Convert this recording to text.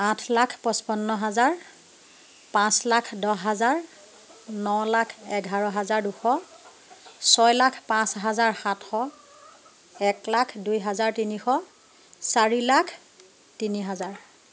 আঠ লাখ পচপন্ন হাজাৰ পাঁচ লাখ দহ হাজাৰ ন লাখ এঘাৰ হাজাৰ দুশ ছয় লাখ পাঁচ হাজাৰ সাতশ এক লাখ দুই হাজাৰ তিনিশ চাৰি লাখ তিনি হাজাৰ